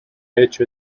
hecho